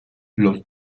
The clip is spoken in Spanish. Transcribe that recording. los